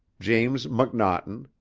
james mcnaughton,